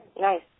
Nice